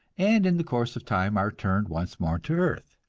and in the course of time are turned once more to earth.